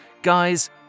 Guys